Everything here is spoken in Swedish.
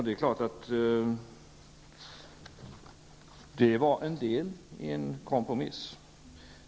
Det är klart att det beslutet var till en del en kompromiss.